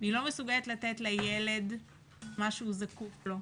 והיא לא מסוגלת לתת לילד את מה שהוא זקוק לו.